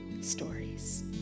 stories